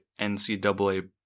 ncaa